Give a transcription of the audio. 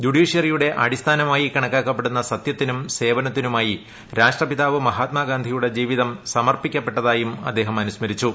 ജുഡീഷ്യറിയുടെ അടിസ്ഥാനമായി കണക്കാക്കപ്പെടുന്ന സത്യത്തിനും സേവനത്തിനുമായി രാഷ്ട്രപിതാവ് മഹാത്മാഗാന്ധിയുടെ ജീവിതം സമർപ്പിക്കപ്പെട്ടതായും അദ്ദേഹം അനുസ്മരിച്ചു